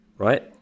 Right